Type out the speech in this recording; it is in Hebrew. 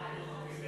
(שינוי